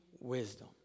wisdom